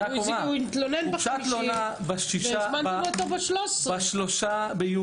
הוא התלונן ב-5 בחודש והזמנתם אותו ב-13 בחודש.